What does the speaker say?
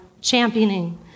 championing